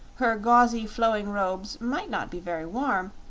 her gauzy flowing robes might not be very warm,